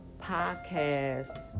podcast